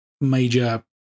major